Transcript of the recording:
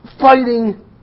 fighting